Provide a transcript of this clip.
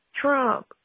Trump